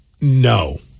No